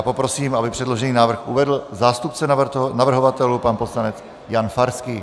Poprosím, aby předložený návrh uvedl zástupce navrhovatelů pan poslanec Jan Farský.